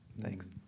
Thanks